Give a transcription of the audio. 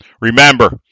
Remember